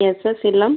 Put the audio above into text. SS இல்லம்